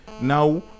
now